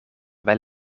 wel